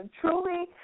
truly